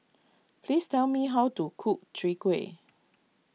please tell me how to cook Chwee Kueh